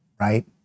right